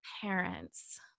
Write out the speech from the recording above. parents